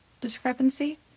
discrepancy